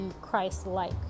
Christ-like